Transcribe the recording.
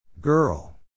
Girl